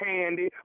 Candy